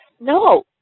No